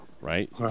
Right